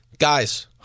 Guys